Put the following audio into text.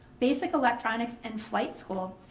basic electronics, and flight school.